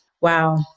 wow